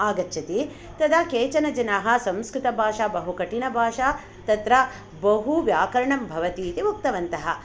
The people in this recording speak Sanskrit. आगच्छति तदा केचन जनाः संस्कृतभाषा बहु कठिनभाषा तत्र बहुव्याकरणं भवति इति उक्तवन्तः